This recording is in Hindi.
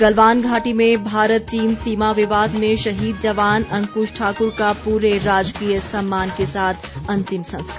गलवान घाटी में भारत चीन सीमा विवाद में शहीद जवान अंकुश ठाकुर का पूरे राजकीय सम्मान के साथ अंतिम संस्कार